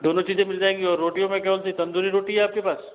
दोनों चीज़ें मिल जाएंगी और रोटियों में कौन सी तंदूरी रोटी है आपके पास